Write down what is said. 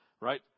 Right